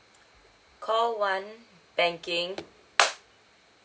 call one banking